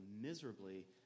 miserably